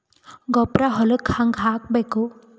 ಗೊಬ್ಬರ ಹೊಲಕ್ಕ ಹಂಗ್ ಹಾಕಬೇಕು?